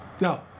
No